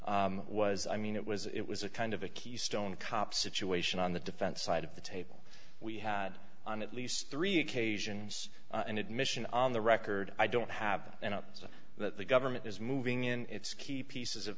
dollars was i mean it was it was a kind of a keystone kops situation on the defense side of the table we had on at least three occasions an admission on the record i don't have and so the government is moving in its key pieces of